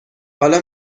حالا